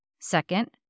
Second